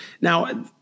Now